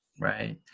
Right